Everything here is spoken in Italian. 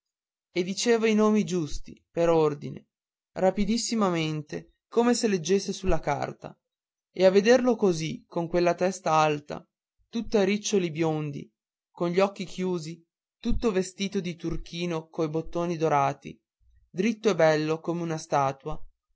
e diceva i nomi giusti per ordine rapidissimamente come se leggesse sulla carta e a vederlo così con quella testa alta tutta riccioli biondi con gli occhi chiusi tutto vestito di turchino coi bottoni dorati diritto e bello come una statua